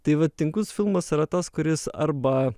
tai va tingus filmas yra tas kuris arba